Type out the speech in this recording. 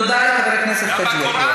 תודה לחבר הכנסת חאג' יחיא.